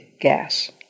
gas